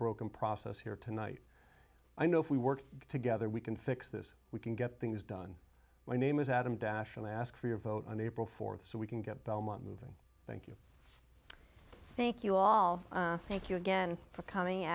broken process here tonight i know if we work together we can fix this we can get things done my name is adam dash and i ask for your vote on april fourth so we can get belmont moving thank you thank you all thank you again for coming